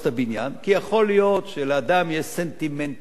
כי יכול להיות שלאדם יש סנטימנטים לבניין,